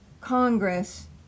Congress